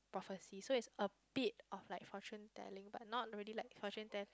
prophecy so it's a bit of like fortune telling but not really like fortune tell